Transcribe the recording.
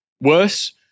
Worse